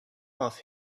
off